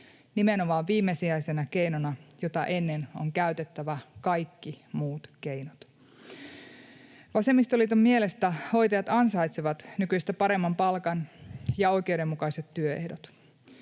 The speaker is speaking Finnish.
nimenomaan viimesijaisena keinona, jota ennen on käytettävä kaikki muut keinot. Vasemmistoliiton mielestä hoitajat ansaitsevat nykyistä paremman palkan ja oikeudenmukaiset työehdot.